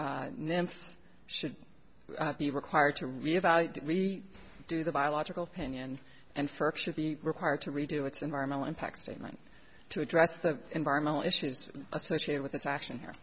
nymphs should be required to revalue we do the biological pinion and first should be required to redo its environmental impact statement to address the environmental issues associated with its action here